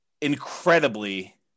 incredibly